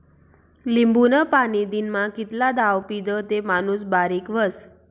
लिंबूनं पाणी दिनमा कितला दाव पीदं ते माणूस बारीक व्हस?